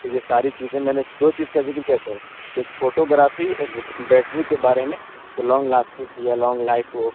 تو یہ ساری چیزیں میں نے دو چیز کا ذکر کیا ہے سر کہ ایک فوٹوگرافی ایک اس کی بیٹری کے بارے میں تو لانگ لاسٹک یا لانگ ٹائم ہو